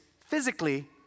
physically